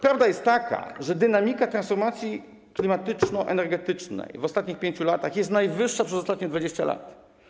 Prawda jest taka, że dynamika transformacji klimatyczno-energetycznej w ostatnich 5 latach jest najwyższa przez ostatnie 20 lat.